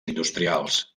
industrials